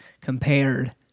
compared